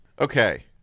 Okay